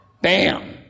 Bam